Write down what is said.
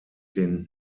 den